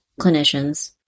clinicians